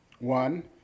One